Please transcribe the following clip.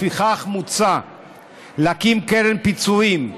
לפיכך, מוצע להקים קרן פיצויים,